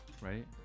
right